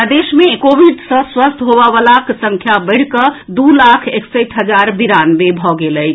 प्रदेश मे कोविड सँ स्वस्थ होबय वलाक संख्या बढ़िकऽ दू लाख एकसठि हजार बिरानबे भऽ गेल अछि